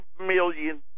million